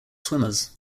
swimmers